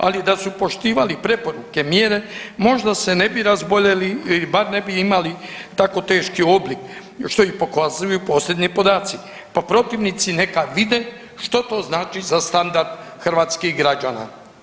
Ali da su poštivali preporuke, mjere možda se ne bi razboljeli ili bar ne bi imali tako teški oblik što i pokazuju posljednji podaci, pa protivnici neka vide što to znači za standard hrvatskih građana.